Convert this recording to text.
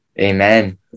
amen